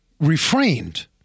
refrained